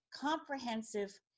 comprehensive